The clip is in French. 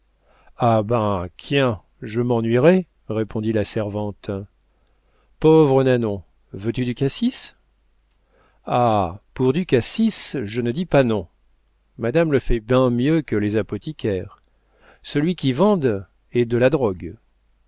ah ben quien je m'ennuierais répondit la servante pauvre nanon veux-tu du cassis ah pour du cassis je ne dis pas non madame le fait ben mieux que les apothicaires celui qu'i vendent est de la drogue